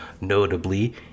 notably